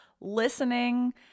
listening